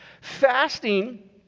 Fasting